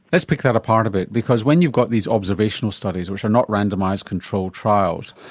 let's pick that apart a bit, because when you've got these observational studies which are not randomised controlled trials,